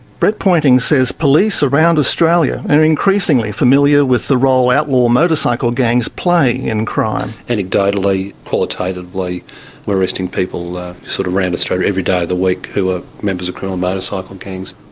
brett pointing says police around australia are increasingly familiar with the role outlaw motorcycle gangs play in crime. anecdotally, qualitatively we're arresting people sort of around australia every day of the week who are members of critical motorcycle gangs.